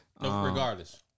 Regardless